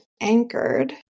Anchored